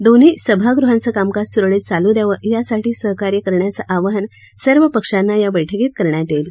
दोन्ही सभागृहाचं कामकाज सुरळीत चालू द्यावं यासाठी सहकार्य करण्याचं आवाहन सर्व पक्षांना या बैठकीत करण्यात येईल